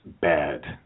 bad